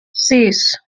sis